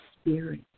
spirit